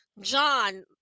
John